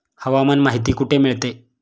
हवामान माहिती कुठे मिळते?